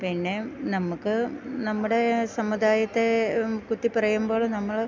പിന്നെ നമുക്ക് നമ്മുടെ സമുദായത്തെ കുത്തി പറയുമ്പോൾ നമ്മൾ